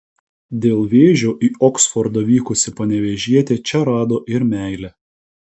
dėl vėžio į oksfordą vykusi panevėžietė čia rado ir meilę